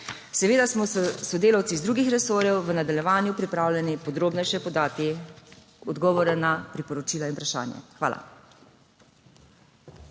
Seveda smo s sodelavci iz drugih resorjev v nadaljevanju pripravljeni podati podrobnejše odgovore na priporočila in vprašanje. Hvala.